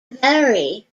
vary